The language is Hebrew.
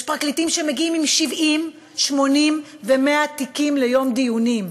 יש פרקליטים שמגיעים עם 70 ו-80 ו-100 תיקים ליום דיונים.